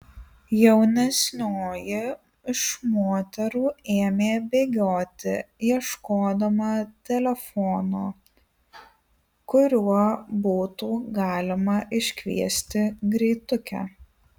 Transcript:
jaunesnioji iš moterų ėmė bėgioti ieškodama telefono kuriuo būtų galima iškviesti greitukę